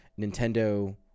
Nintendo